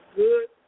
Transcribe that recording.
good